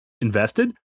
invested